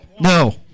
No